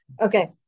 Okay